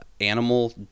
animal